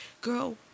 girl